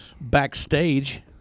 backstage